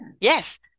yes